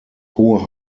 hohe